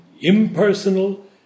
impersonal